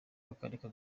bakareka